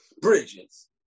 bridges